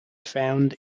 found